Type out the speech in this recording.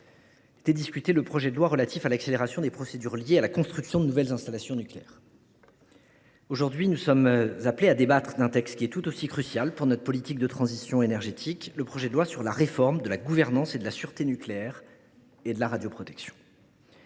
assemblée le projet de loi relatif à l’accélération des procédures liées à la construction de nouvelles installations nucléaires. Aujourd’hui, nous sommes appelés à débattre d’un texte tout aussi crucial pour notre politique de transition énergétique : le projet de loi sur la réforme de la gouvernance de la sûreté nucléaire et de la radioprotection.